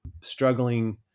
struggling